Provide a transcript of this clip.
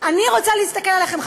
אני רוצה להסתכל עליכם,